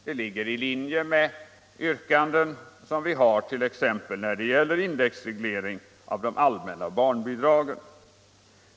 Det ligger i linje med yrkanden som vi har t.ex. när det gäller indexreglering av de allmänna barnbidragen.